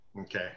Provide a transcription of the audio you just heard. Okay